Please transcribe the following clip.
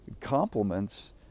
compliments